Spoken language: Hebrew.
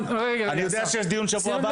אני יודע שיש דיון שבוע הבא.